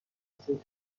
اظهارنامه